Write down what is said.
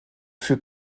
für